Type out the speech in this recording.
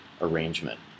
arrangement